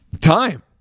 time